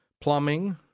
plumbing